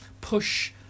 push